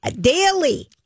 daily